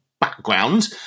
background